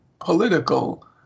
political